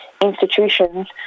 institutions